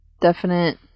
definite